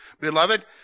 Beloved